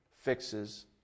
fixes